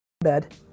bed